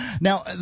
now